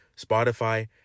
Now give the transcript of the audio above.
Spotify